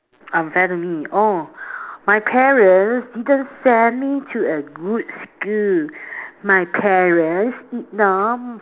unfair to me oh my parents didn't send me to a good school my parents did not